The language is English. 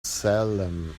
salem